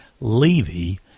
Levy